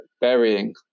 burying